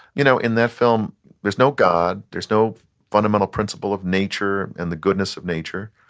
you know in that film there's no god, there's no fundamental principle of nature and the goodness of nature,